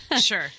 Sure